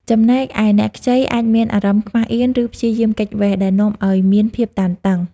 ចំណែកឯអ្នកខ្ចីអាចមានអារម្មណ៍ខ្មាសអៀន ឬព្យាយាមគេចវេះ ដែលនាំឲ្យមានភាពតានតឹង។